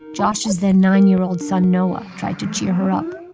josh's then nine year old son, noah, tried to cheer her up.